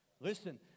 Listen